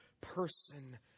person